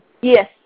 Yes